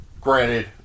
Granted